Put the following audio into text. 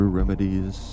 remedies